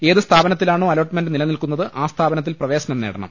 ഏത് സ്ഥാപനത്തിലാണോ അലോട്ട്മെന്റ് നിലനിൽക്കുന്നത് ആ സ്ഥാപ നത്തിൽ പ്രവേശനം നേടണം